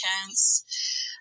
chance